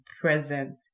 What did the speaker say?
present